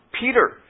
Peter